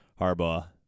Harbaugh